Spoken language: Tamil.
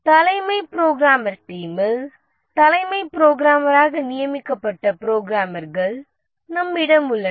தலைமை புரோகிராமர் டீமில் தலைமை புரோகிராமராக நியமிக்கப்பட்ட புரோகிராமர்கள் நம்மிடம் உள்ளனர்